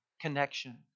connection